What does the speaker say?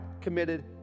committed